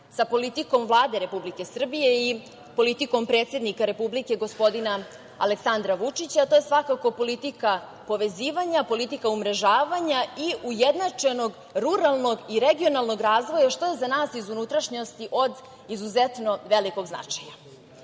sa politikom Vlade Republike Srbije i politikom predsednika Republike gospodina Aleksandra Vučića. To je svakako politika povezivanja, politika umrežavanja i ujednačenog ruralnog i regionalnog razvoja, što je za nas iz unutrašnjosti od izuzetno velikog značaja. Agenda